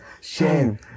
Shame